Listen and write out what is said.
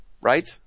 Right